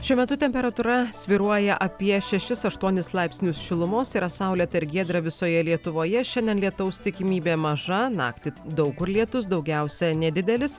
šiuo metu temperatūra svyruoja apie šešis aštuonis laipsnius šilumos yra saulėtą giedrą visoje lietuvoje šiandien lietaus tikimybė maža naktį daug kur lietus daugiausiai nedidelis